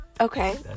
okay